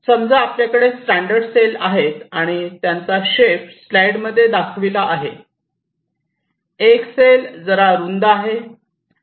समजा आपल्याकडे standard cell आहेत त्यांचा शेप स्लाईड मध्ये दाखविला आहे एक सेल जरा रुंद आहे